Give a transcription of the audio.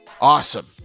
awesome